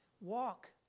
Walk